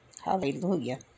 Hallelujah